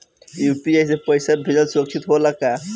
UPI से पैसा भेजल सुरक्षित होला का?